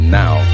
now